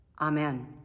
Amen